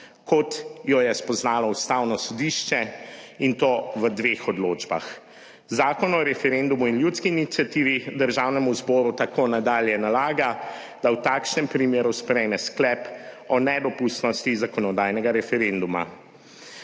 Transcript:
kot jo je spoznalo ustavno sodišče, in to v dveh 27. TRAK: (AJ) 12.10 (nadaljevanje) odločbah. Zakon o referendumu in ljudski iniciativi Državnemu zboru tako nadalje nalaga, da v takšnem primeru sprejme sklep o nedopustnosti zakonodajnega referenduma.